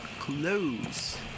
Close